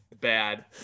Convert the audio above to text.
bad